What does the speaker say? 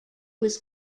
was